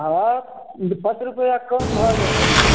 हँ दस रुपैआ कम भऽ जेतै